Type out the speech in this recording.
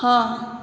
हाँ